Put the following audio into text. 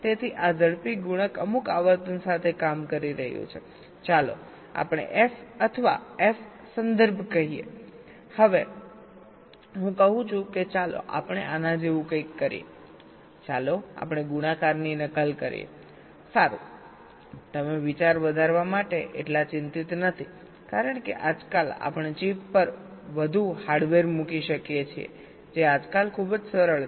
તેથી આ ઝડપી ગુણક અમુક આવર્તન સાથે કામ કરી રહ્યું છે ચાલો આપણે f અથવા f સંદર્ભ કહીએ હવે હું કહું છું કે ચાલો આપણે આના જેવું કંઈક કરીએ ચાલો આપણે ગુણાકારની નકલ કરીએ સારું તમે વિચાર વધારવા માટે એટલા ચિંતિત નથી કારણ કે આજકાલ આપણે ચિપ પર વધુ હાર્ડવેર મૂકી શકીએ છીએ જે આજકાલ ખૂબ જ સરળ છે